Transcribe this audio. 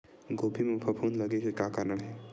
गोभी म फफूंद लगे के का कारण हे?